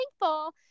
thankful